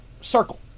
circle